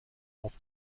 auf